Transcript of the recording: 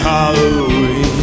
Halloween